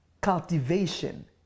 cultivation